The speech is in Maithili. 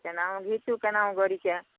केनाहू घीचू केनाहू गड़ीके